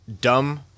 dumb